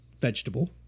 vegetable